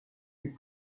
les